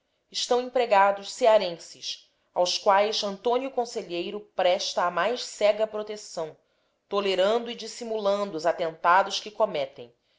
estão empregados cearenses aos quais antônio conselheiro presta a mais cega proteção tolerando e dissimulando os atentados que cometem